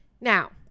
Now